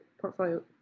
portfolio